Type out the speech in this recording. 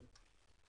כן?